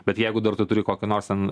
bet jeigu dar tu turi kokį nors ten